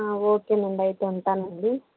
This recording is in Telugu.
ఓకేనండీ అయితే ఉంటానండీ